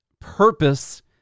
purpose